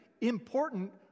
important